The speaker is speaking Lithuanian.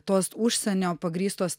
tos užsienio pagrįstos